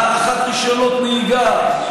הארכת רישיונות נהיגה,